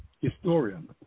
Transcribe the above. historian